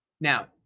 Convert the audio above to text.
Now